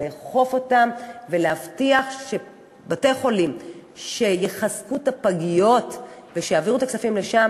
לאכוף אותם ולהבטיח שבתי-חולים שיחזקו את הפגיות ושיעבירו את הכספים לשם